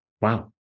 Wow